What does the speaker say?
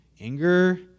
anger